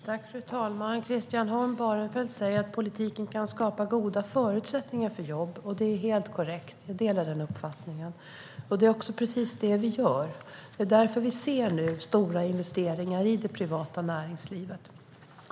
Fru talman! Christian Holm Barenfeld säger att politiken kan skapa goda förutsättningar för jobb. Det är helt korrekt. Jag delar den uppfattningen. Det är också precis detta vi gör. Det är därför vi nu ser stora investeringar i det privata näringslivet.